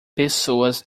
pessoas